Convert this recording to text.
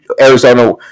Arizona